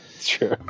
True